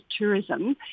tourism